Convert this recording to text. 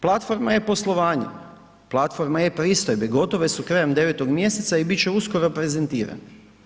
Platforma e-poslovanje, platforma e-pristojbe, gotove su krajem 9. mjeseca i bit će uskoro prezentirane.